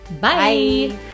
Bye